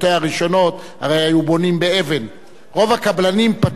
רוב עובדי הבניין,